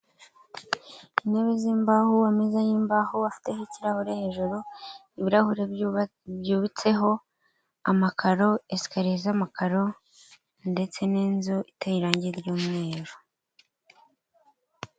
Intebe z'imbaho, ameza y'imbaho afiteho ikirahure hejuru, ibirahure byubitseho, amakaro, esikariye z'amakaro ndetse n'inzu iteye irange ry'umweru.